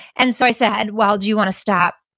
and so i said, well, do you want to stop?